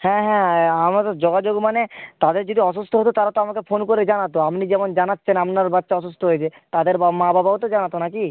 হ্যাঁ হ্যাঁ হ্যাঁ আমারও যোগাযোগ মানে তাদের যদি অসুস্থ হতো তারা তো আমাকে ফোন করে জানাতো আপনি যেমন জানাচ্ছেন আপনার বাচ্চা অসুস্থ হয়েছে তাদের বা মা বাবাও তো জানাতো না কি